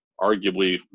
arguably